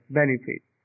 benefit